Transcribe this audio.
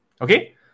Okay